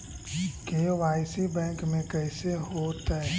KYC bank में कैसे होतै?